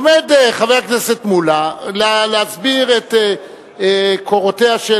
עומד חבר הכנסת מולה להסביר את קורותיה של